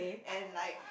and like